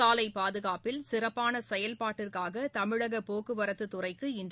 சாலை பாதுகாப்பில் சிறப்பான செயல்பாட்டிற்காக தமிழக போக்குவரத்துத் துறைக்கு இன்று